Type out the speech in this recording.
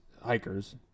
hikers